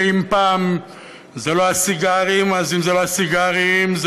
אם פעם זה לא הסיגרים אז זה השמפניות,